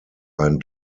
ein